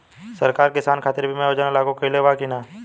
सरकार किसान खातिर बीमा योजना लागू कईले बा की ना?